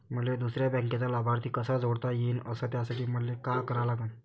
मले दुसऱ्या बँकेचा लाभार्थी कसा जोडता येईन, अस त्यासाठी मले का करा लागन?